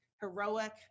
heroic